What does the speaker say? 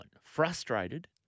frustrated